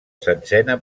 setzena